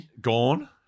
Gone